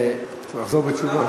צריך לחזור בתשובה.